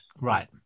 Right